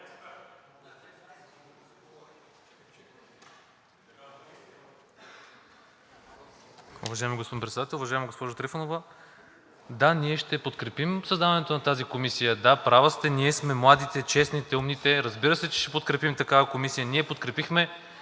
Уважаеми господин Председател, уважаема госпожо Трифонова! Да, ние ще подкрепим създаването на тази комисия. Да, права сте, ние сме младите, честните, умните. Разбира се, че ще подкрепим такава комисия. Ние подкрепихме